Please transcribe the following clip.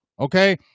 okay